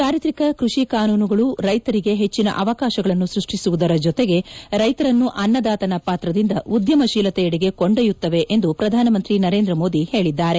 ಚಾರಿತ್ರಿಕ ಕೃಷಿ ಕಾನೂನುಗಳು ರೈತರಿಗೆ ಪೆಜ್ಜಿನ ಅವಕಾಶಗಳನ್ನು ಸ್ಪಷ್ಟಿಸುವುದರ ಜೊತೆಗೆ ರೈತರನ್ನು ಅನ್ನದಾತನ ಪಾತ್ರದಿಂದ ಉದ್ದಮಶೀಲತೆಯೆಡೆಗೆ ಕೊಂಡೊಯ್ತ್ತವ ಎಂದು ಪ್ರಧಾನಮಂತ್ರಿ ನರೇಂದ್ರ ಮೋದಿ ಹೇಳಿದ್ದಾರೆ